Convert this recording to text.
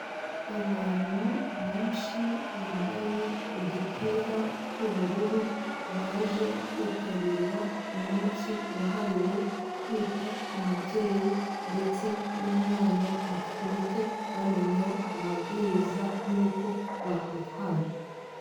Abantu benshi bambaye udupira tw'ubururu, baje kwitabira umunsi wahariwe kwita ku mubyeyi ndetse n'umwana atwite, bamenya amabwiriza n'uko bakwitwara.